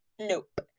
nope